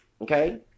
Okay